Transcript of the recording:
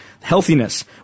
Healthiness